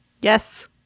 Yes